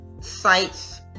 Sites